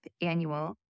annual